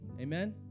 amen